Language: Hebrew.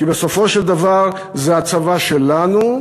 כי בסופו של דבר זה הצבא שלנו,